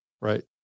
right